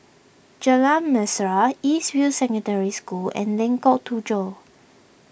Jalan Mesra East View Secondary School and Lengkok Tujoh